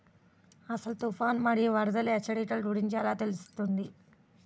అసలు తుఫాను మరియు వరదల హెచ్చరికల గురించి ఎలా తెలుస్తుంది?